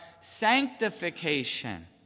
sanctification